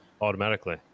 Automatically